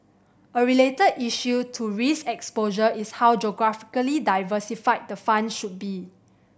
a related issue to risk exposure is how geographically diversified the fund should be